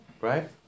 right